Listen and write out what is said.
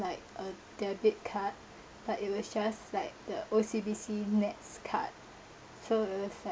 like a debit card but it was just like the O_C_B_C nets card so it was sad